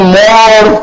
more